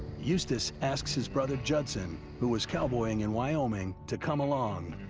eustace asks his brother, judson, who was cowboying in wyoming, to come along.